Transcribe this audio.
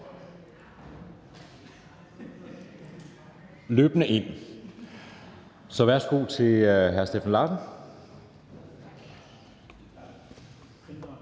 (Jeppe Søe): Værsgo til hr. Steffen Larsen.